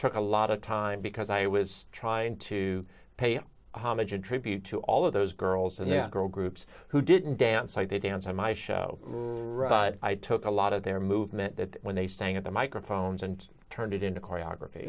took a lot of time because i was trying to pay homage and tribute to all of those girls and their girl groups who didn't dance like they danced on my show i took a lot of their movement that when they sang at the microphones and turned it into choreography